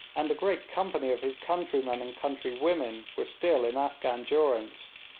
and a great company of his countrymen and countrywomen were still in afghan durance.